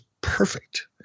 perfect